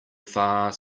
far